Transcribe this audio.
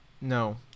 no